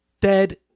dead